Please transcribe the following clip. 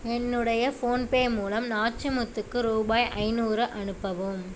என்னுடைய ஃபோன்பே மூலம் நாச்சிமுத்துக்கு ரூபாய் ஐந்நூறு அனுப்பவும்